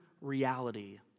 reality